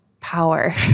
power